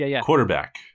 quarterback